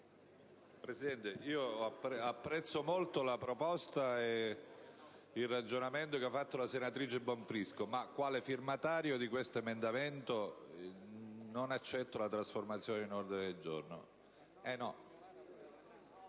Presidente, apprezzo molto la proposta e il ragionamento che ha fatto la senatrice Bonfrisco, ma, quale firmatario dell'emendamento 7.311, non accetto la trasformazione in ordine del giorno.